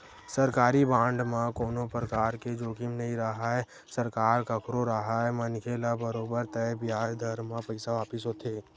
सरकारी बांड म कोनो परकार के जोखिम नइ राहय सरकार कखरो राहय मनखे ल बरोबर तय बियाज दर म पइसा वापस होथे